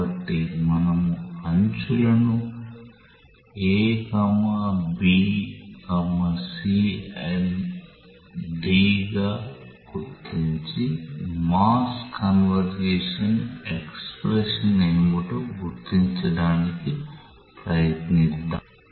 కాబట్టి మనము అంచులను A B C D గా గుర్తించి మాస్ కన్సర్వేషన్ ఎక్స్ప్రెషన్ ఏమిటో గుర్తించడానికి ప్రయత్నిద్దాం